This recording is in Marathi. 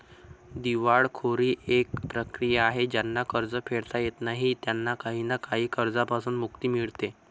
दिवाळखोरी एक प्रक्रिया आहे ज्यांना कर्ज फेडता येत नाही त्यांना काही ना काही कर्जांपासून मुक्ती मिडते